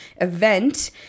event